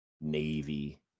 Navy